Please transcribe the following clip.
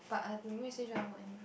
but I Ming-Hui say she want work in